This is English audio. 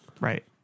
Right